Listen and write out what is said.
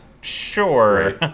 sure